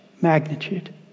magnitude